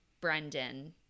Brendan